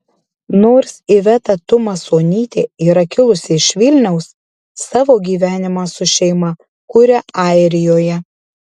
nors iveta tumasonytė yra kilusi iš vilniaus savo gyvenimą su šeima kuria airijoje